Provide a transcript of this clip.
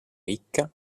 ricca